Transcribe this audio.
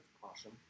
caution